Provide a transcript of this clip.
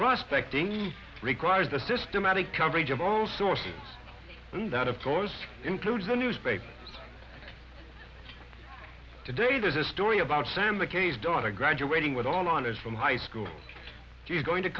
prospecting requires a systematic coverage of all sources and that of course includes the newspaper today there's a story about sam the case daughter graduating with all on is from high school he's going to